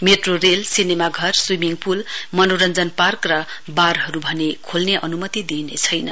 metro rail cinema घर swimming pool मनोरञ्जन park र वारहरु खोल्ने अनुमति दिइने छैन